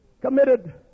committed